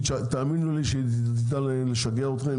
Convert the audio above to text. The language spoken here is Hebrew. תאמינו לי שהיא תדע לשגע אתכם,